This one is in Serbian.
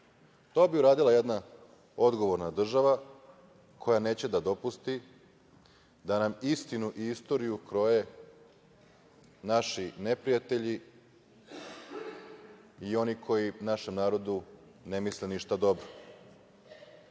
To bi uradila jedna odgovorna država koja neće da dopusti da nam istinu i istoriju kroje naši neprijatelji i oni koji našem narodu ne misle ništa dobro. Teza